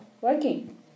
working